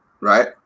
right